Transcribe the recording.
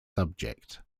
subject